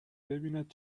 ببیند